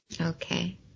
Okay